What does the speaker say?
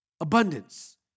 Abundance